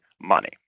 money